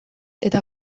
eta